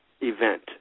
event